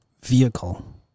vehicle